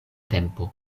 tempo